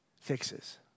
fixes